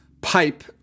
pipe